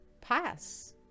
pass